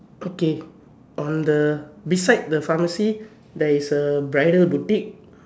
okay on the beside the pharmacy there is a bridal boutique